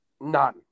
None